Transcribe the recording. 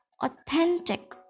authentic